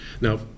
Now